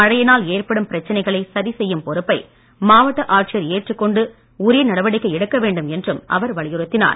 மழையினால் ஏற்படும் பிரச்னைகளை சரிசெய்யும் பொறுப்பை மாவட்ட ஆட்சியர் ஏற்றுக் கொண்டு உரிய நடவடிக்கை எடுக்க வேண்டும் என்றும் அவர் வலியுறுத்தினார்